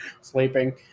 Sleeping